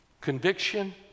Conviction